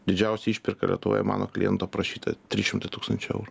didžiausia išpirka lietuvoje mano kliento prašyta trys šimtai tūkstančių eurų